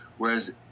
Whereas